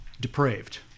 depraved